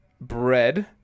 bread